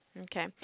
Okay